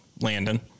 Landon